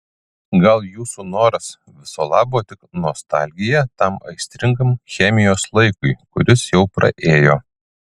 gal jūsų noras viso labo tik nostalgija tam aistringam chemijos laikui kuris jau praėjo